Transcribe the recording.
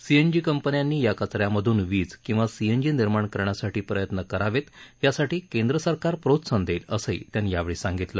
CNG कंपन्यांनी या कचऱ्यामधून वीज किंवा सीएनजी निर्माण करण्यासाठी प्रयत्न करावेत यासाठी केंद्रसरकार प्रोत्साहन देईल असंही त्यांनी यावेळी सांगितलं